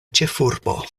ĉefurbo